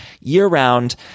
year-round